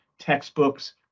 textbooks